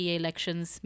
elections